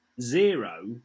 zero